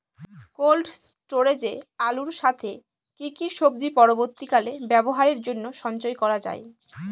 Cold স্টোরেজে আলুর সাথে কি কি সবজি পরবর্তীকালে ব্যবহারের জন্য সঞ্চয় করা যায়?